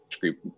Group